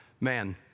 Man